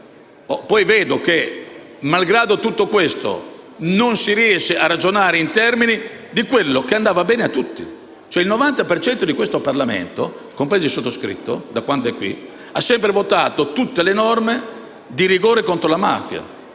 Poi vedo che, malgrado tutto questo, non si riesce a ragionare in termini di quello che andava bene a tutti. Il 90 per cento dei componenti di questo Parlamento, compreso il sottoscritto da quando è qui, ha sempre votato tutte le norme di rigore contro la mafia: